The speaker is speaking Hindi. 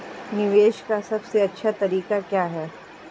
निवेश का सबसे अच्छा तरीका क्या है?